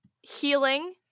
healing